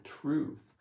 truth